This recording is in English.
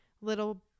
little